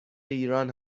ایران